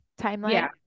timeline